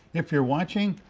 if you are watching,